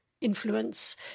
influence